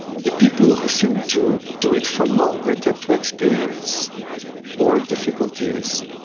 the people who seem to do it for longer tend to experience more difficulties.